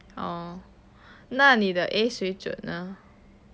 oh 那你的 A 水准呢